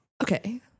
Okay